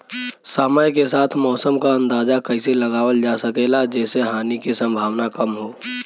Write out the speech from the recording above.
समय के साथ मौसम क अंदाजा कइसे लगावल जा सकेला जेसे हानि के सम्भावना कम हो?